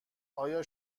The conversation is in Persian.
آیا